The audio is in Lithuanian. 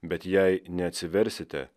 bet jei neatsiversite